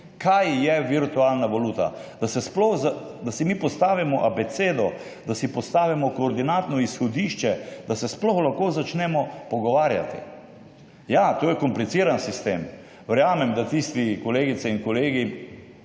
kaj je virtualna valuta. Da si mi postavimo abecedo, da si postavimo koordinatno izhodišče, da se sploh lahko začnemo pogovarjati. Ja, to je kompliciran sistem. Verjamem, da je za tiste kolegice in kolege,